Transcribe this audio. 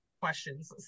questions